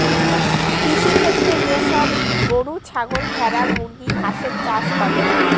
কৃষিক্ষেত্রে যে সব গরু, ছাগল, ভেড়া, মুরগি, হাঁসের চাষ করে